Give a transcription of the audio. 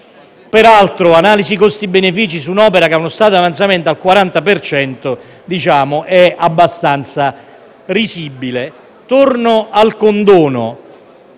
Peraltro, l’analisi costi-benefici su un’opera che ha uno stato di avanzamento al 40 per cento è abbastanza risibile. Torno al condono.